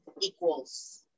equals